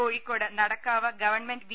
Kozhikode Nadakkavu government V